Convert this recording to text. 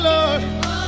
Lord